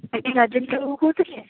ଆଜ୍ଞା ରଜତ ବାବୁ କହୁଥିଲେ